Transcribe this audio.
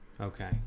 Okay